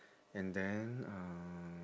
and then um